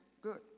Good